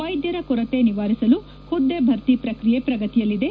ವೈದ್ದರ ಕೊರತೆ ನಿವಾರಿಸಲು ಹುದ್ದೆ ಭರ್ತಿ ಪ್ರಕ್ರಿಯೆ ಪ್ರಗತಿಯಲ್ಲಿದೆ